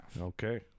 Okay